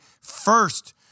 first